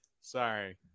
Sorry